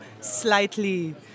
slightly